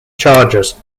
chargers